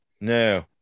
no